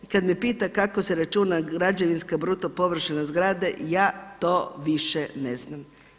I kada me pita kako se računa građevinska bruto površina zgrade ja to više ne znam.